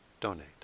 donate